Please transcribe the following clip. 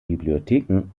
bibliotheken